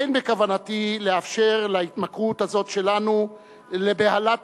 אין בכוונתי לאפשר להתמכרות הזאת שלנו לבהלת